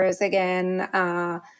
again